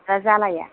खुमब्रा जालाया